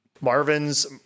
Marvin's